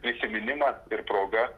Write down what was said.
prisiminimas ir proga